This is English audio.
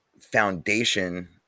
foundation